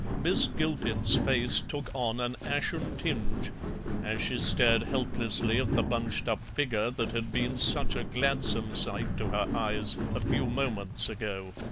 miss gilpet's face took on an ashen tinge as she stared helplessly at the bunched-up figure that had been such a gladsome sight to her eyes a few moments ago.